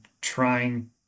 trying